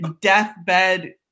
deathbed